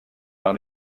par